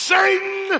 Satan